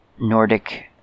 Nordic